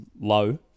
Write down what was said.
low